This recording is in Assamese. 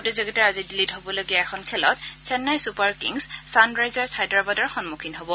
প্ৰতিযোগিতাত আজি দিল্লী হবলগীয়া এখন খেলত চেন্নাই ছুপাৰ কিংছ ছানৰাইৰ্জাছ হায়দৰাবাদৰ সম্মুখীন হ'ব